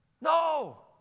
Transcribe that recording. No